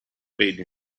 spade